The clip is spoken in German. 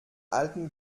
alten